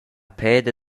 peda